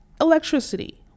electricity